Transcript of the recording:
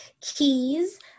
keys